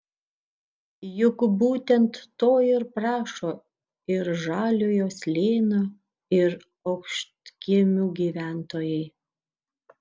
juk būtent to ir prašo ir žaliojo slėnio ir aukštkiemių gyventojai